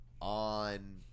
On